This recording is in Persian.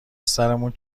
سرمون